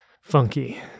Funky